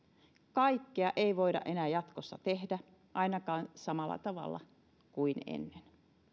kaikkea ei voida enää jatkossa tehdä ainakaan samalla tavalla kuin ennen